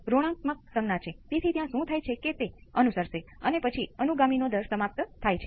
વિદ્યાર્થી તેની સામે અવરોધ શું છે